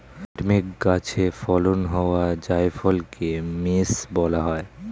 nutmeg গাছে ফলন হওয়া জায়ফলকে মেস বলা হয়